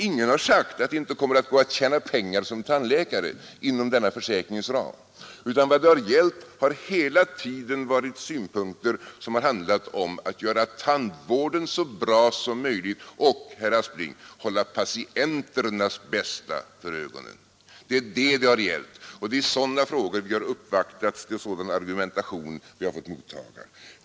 Ingen har sagt att det inte går att tjäna pengar som tandläkare inom denna försäkrings ram, utan vad det har gällt har hela tiden varit att göra tandvården så bra som möjligt och, herr Aspling, att hålla patienternas bästa för ögonen. Det är det det har gällt, och det är i sådana frågor vi har uppvaktat, och det är sådan argumentation vi har fått mottaga.